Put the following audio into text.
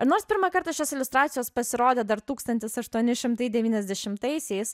nors pirmą kartą šios iliustracijos pasirodė dar tūkstantis aštuoni šimtai devyniasdešimtaisiais